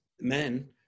men